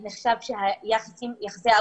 אנחנו צריכים לחשוב איך אנחנו משלבים חזרה בשוק